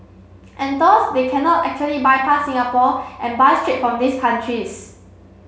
and thus they cannot actually bypass Singapore and buy straight from these countries